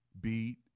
beat